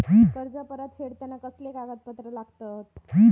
कर्ज परत फेडताना कसले कागदपत्र लागतत?